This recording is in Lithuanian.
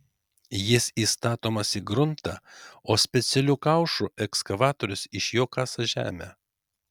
jis įstatomas į gruntą o specialiu kaušu ekskavatorius iš jo kasa žemę